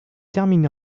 terminé